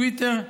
טוויטר,